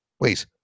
Wait